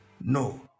no